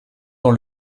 dans